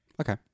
Okay